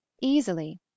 easily